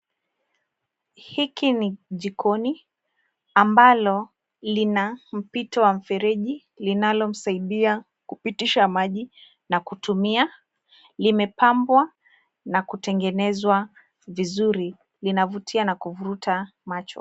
Hii ni jikoni ambalo lina mpito wa mfereji linalosaidia kupitisha maji na kutumia. Limepambwa na kutengenezwa vizuri. Linavutia na kuvuta macho.